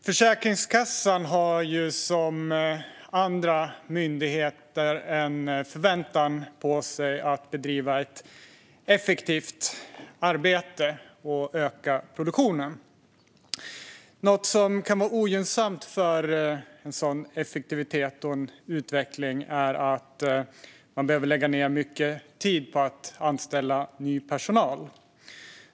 Fru talman! Försäkringskassan har liksom andra myndigheter en förväntan på sig att bedriva ett effektivt arbete och att öka produktionen. Något som kan vara ogynnsamt för en sådan effektivitet och utveckling är att man behöver lägga ned mycket tid på att anställa ny personal.